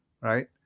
right